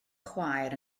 chwaer